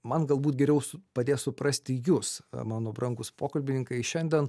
man galbūt geriaus padės suprasti jus mano brangūs pokalbininkai šiandien